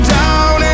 down